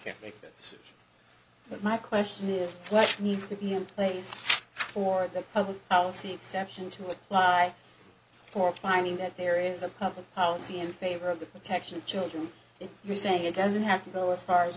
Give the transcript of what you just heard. can't make this but my question is what needs to be in place for the public policy exception to apply for planning that there is a public policy in favor of the protection of children and you're saying it doesn't have to go as far as